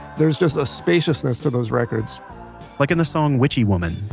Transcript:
there's just a spaciousness to those records like in the song witchy woman